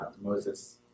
Moses